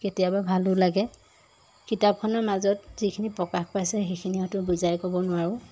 কেতিয়াবা ভালো লাগে কিতাপখনৰ মাজত যিখিনি প্ৰকাশ পাইছে সেইখিনি হয়তো বুজাই ক'ব নোৱাৰোঁ